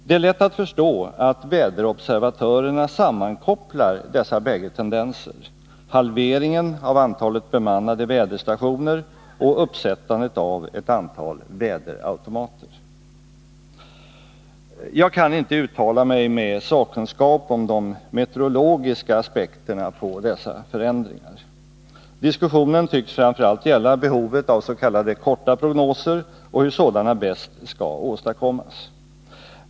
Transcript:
Det är lätt att förstå att väderobservatörerna sammankopplar dessa bägge tendenser — halveringen av antalet bemannade väderstationer och uppsättandet av ett antal väder 7n Jag kan inte uttala mig med sakkunskap om de meteorologiska aspekterna på dessa förändringar. Diskussionen tycks framför allt gälla behovet av s.k. korta prognoser och hur sådana bäst skall åstadkommas.